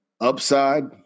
upside